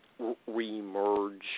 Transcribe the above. reemerge